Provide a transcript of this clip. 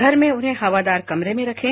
घर में उन्हें हवादार कमरे में रखें